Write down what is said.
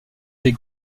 des